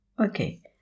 Okay